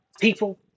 People